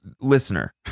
listener